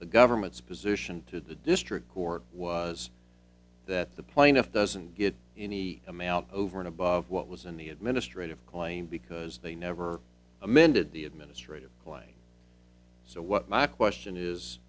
the government's position to the district court was that the plaintiff doesn't get any amount over and above what was in the administrative claim because they never amended the administrative way so what my question is